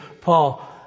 Paul